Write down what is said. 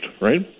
right